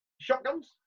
shotguns